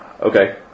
Okay